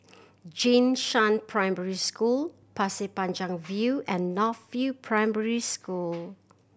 Jing Shan Primary School Pasir Panjang View and North View Primary School